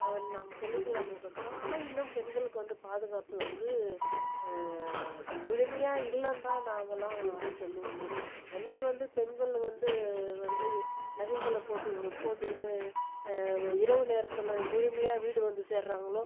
நம்ம சொல்லிக்கலாமேக்கொசரம் ஆனால் இன்னும் பெண்களுக்கு வந்து பாதுகாப்பு வந்து முழுமையாக இல்லைந்தான் நாங்களாம் சொல்லுவோமே என்றைக்கு வந்து பெண்கள் வந்து வந்து நகைகளை போட்டு போட்டுகுனு இரவு நேரத்தில் முழுமையாக வீடு வந்து சேர்றாங்களோ